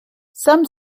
some